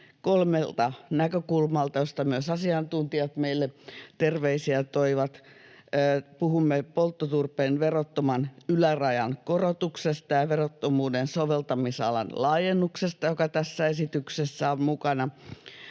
kolmelta näkökulmalta, joista myös asiantuntijat meille terveisiä toivat. Puhumme polttoturpeen verottoman ylärajan korotuksesta ja verottomuuden soveltamisalan laajennuksesta, joka tässä esityksessä on mukana,